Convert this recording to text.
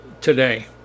today